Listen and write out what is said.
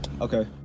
Okay